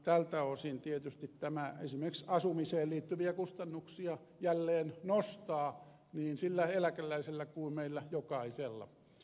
tältä osin tietysti tämä esimerkiksi asumiseen liittyviä kustannuksia jälleen nostaa niin sillä eläkeläisellä kuin myös meillä jokaisella